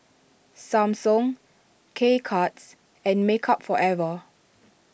Samsung K Cuts and Makeup Forever